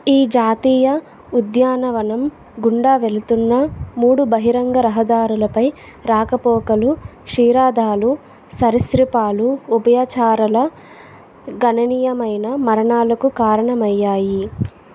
ఈ జాతీయ ఉద్యానవనం గుండా వెళుతున్న మూడు బహిరంగ రహదారులపై రాకపోకలు క్షీరాదాలు సరీసృపాలు ఉభయచరాల గణనీయమైన మరణాలకు కారణమయ్యాయి